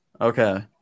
Okay